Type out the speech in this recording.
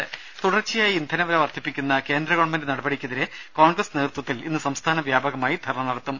രുദ തുടർച്ചയായി ഇന്ധനവില വർദ്ധിപ്പിക്കുന്ന കേന്ദ്ര ഗവൺമെന്റിന്റെ നടപടിക്കെതിരെ കോൺഗ്രസ് നേതൃത്വത്തിൽ ഇന്ന് സംസ്ഥാന വ്യാപകമായി ധർണ നടത്തും